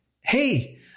Hey